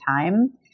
time